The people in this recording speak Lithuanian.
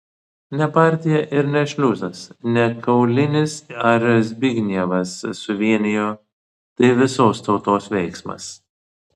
ne partija ir ne šliuzas ne kaulinis ar zbignevas suvienijo tai visos tautos veiksmas